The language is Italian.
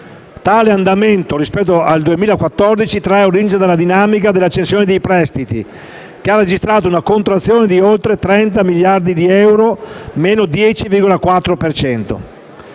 Tale andamento rispetto all'esercizio 2014 trae origine dalla dinamica dell'accensione di prestiti, che ha registrato una contrazione di oltre 30 miliardi di euro (meno 10,4